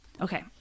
Okay